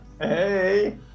Hey